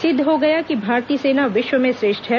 सिद्ध हो गया कि भारतीय सेना विश्व में श्रेष्ठ है